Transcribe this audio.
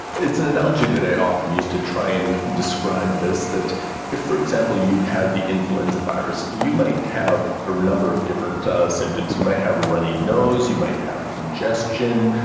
it's an analogy that i often use to try and describe this, that if, for example, you had the influenza virus, you might have a number of different symptoms, you might have a runny nose, you might have congestion,